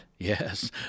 Yes